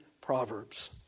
Proverbs